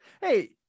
Hey